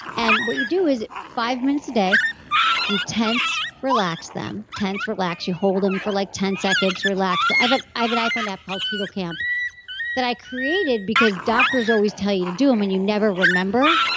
and what you do is five minutes a day you tense, relax them, tense, relax. you hold them for like ten seconds, relax. i but i have an iphone app called kegel camp that i created because doctors always tell you to do them, and you never remember.